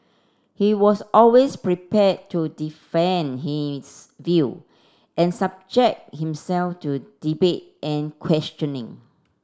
he was always prepared to defend his view and subject himself to debate and questioning